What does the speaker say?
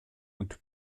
und